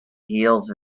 heels